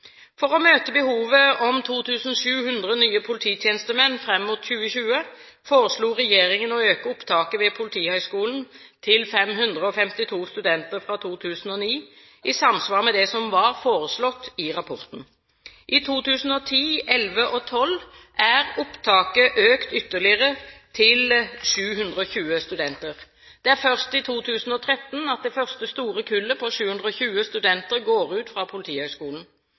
For å møte behovet for 2 700 nye polititjenestemenn fram mot 2020 foreslo regjeringen å øke opptaket ved Politihøgskolen til 552 studenter fra 2009 – i samsvar med det som var foreslått i rapporten. I 2010, 2011 og også i 2012 ble opptaket økt ytterligere, til 720 studenter. Det er først i 2013 at det første store kullet på 720 studenter går ut fra Politihøgskolen.